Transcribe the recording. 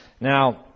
Now